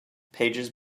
pages